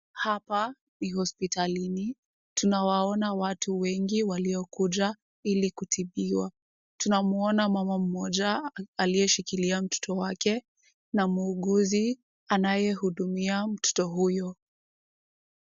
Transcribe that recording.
Hapa n hospitalini, tunawaona watu wengi waliokuja ili kutibiwa, tunamuona mama mmoja aliyeshikilia mtoto wake na muuguzi anayehudumia mtoto huyo.